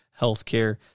healthcare